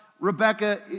Rebecca